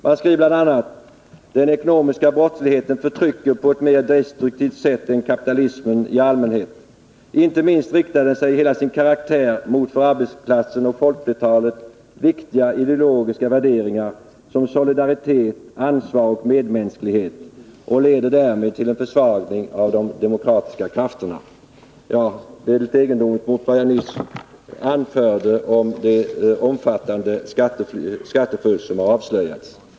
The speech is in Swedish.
Man skriver bl.a.: ”Den ekonomiska brottsligheten förtrycker på ett mer destruktivt sätt än kapitalismen i allmänhet. Inte minst riktar den sig i hela sin karaktär mot för arbetarklassen och folkflertalet viktiga ideologiska värderingar som solidaritet, ansvar och medmänsklighet och leder därmed till en försvagning av de demokratiska krafterna.” Detta låter litet egendomligt mot bakgrunden av vad jag nyss anfört om det omfattande skattefusk som har avslöjats.